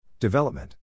Development